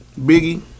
Biggie